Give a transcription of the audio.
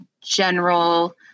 general